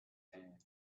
hand